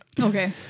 Okay